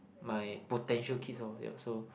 my potential kids orh ya so